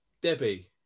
Debbie